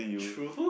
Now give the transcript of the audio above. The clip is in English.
true